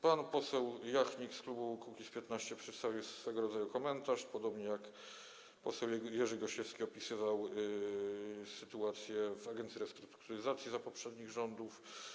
Pan poseł Jachnik z klubu Kukiz’15 przedstawił swego rodzaju komentarz, podobnie jak poseł Jerzy Gosiewski, który opisywał sytuację w agencji restrukturyzacji za poprzednich rządów.